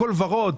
הכול ורוד,